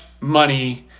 money